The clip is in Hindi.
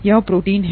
यही प्रोटीन है